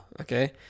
okay